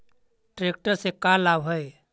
Tractor से का लाभ है?